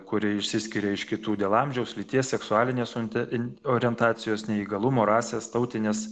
kuri išsiskiria iš kitų dėl amžiaus lyties seksualinės orien orientacijos neįgalumo rasės tautinės